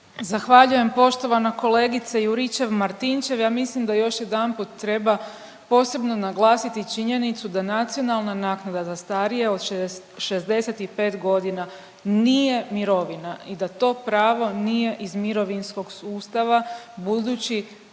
Zahvaljujem poštovana kolegice Juričev Martinčev. Ja mislim da još jedanput treba posebno naglasiti činjenicu da nacionalna naknada za starije od 65 godina nije mirovina i da to pravo nije iz mirovinskog sustava, budući